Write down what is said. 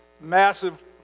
massive